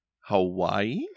Hawaii